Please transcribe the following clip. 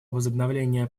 возобновление